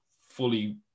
fully